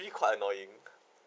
~ly quite annoying